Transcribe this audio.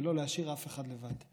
בלא להשאיר אף אחד לבד.